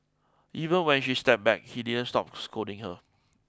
even when she stepped back he didn't stop scolding her